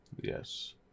Yes